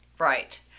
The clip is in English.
Right